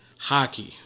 hockey